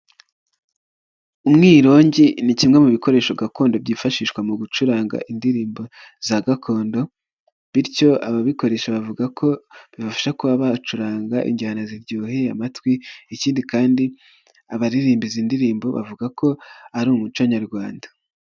Umwirongi ni kimwe mu bikoresho gakondo byifashishwa mu gucuranga indirimbo za gakondo, bityo ababikoresha bavuga ko bibafasha kuba bacuranga injyana ziryoheye amatwi, ikindi kandi abaririmba izi ndirimbo bavuga ko ari umuco nyarwanda.